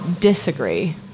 disagree